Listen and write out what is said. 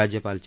राज्यपाल चे